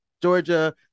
Georgia